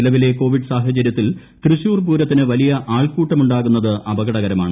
നിലവിലെ കോവിഡ് സാഹചര്യത്തിൽ തൃശൂർ പൂരത്തിന് വലിയ ആൾക്കൂട്ടം ഉണ്ടാകുന്നത് അപകടകരമാണ്